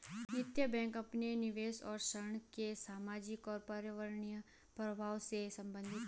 नैतिक बैंक अपने निवेश और ऋण के सामाजिक और पर्यावरणीय प्रभावों से संबंधित है